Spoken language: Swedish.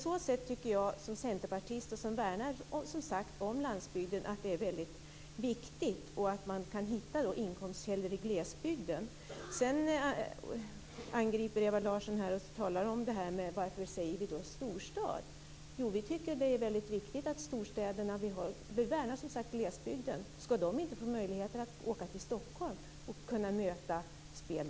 Som centerpartist, som en som värnar om landsbygden, tycker jag att det är väldigt viktigt att hitta inkomstkällor i glesbygden. Sedan angriper Ewa Larsson oss och undrar varför vi talar om detta med storstäder. Jo, vi tycker att det väldigt viktigt med storstäderna. Vi värnar som sagt om glesbygden. Skall man inte där få möjlighet att åka till Stockholm och möta dessa spel?